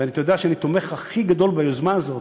ואתה יודע שאני התומך הכי גדול ביוזמה הזאת,